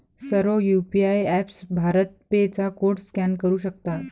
सर्व UPI apps BharatPe चा code scan करू शकतात